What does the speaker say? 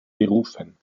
berufen